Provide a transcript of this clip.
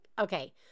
okay